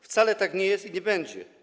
Wcale tak nie jest i nie będzie.